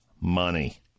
money